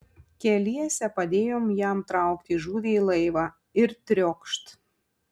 keliese padėjom jam traukti žuvį į laivą ir triokšt